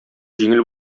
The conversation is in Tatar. җиңел